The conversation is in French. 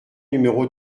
numéro